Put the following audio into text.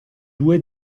due